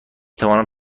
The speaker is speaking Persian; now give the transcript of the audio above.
توانم